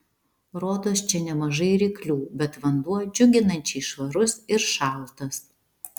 rodos čia nemažai ryklių bet vanduo džiuginančiai švarus ir šaltas